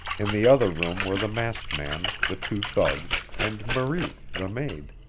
in the other room were the masked man, the two thugs, and marie, the maid.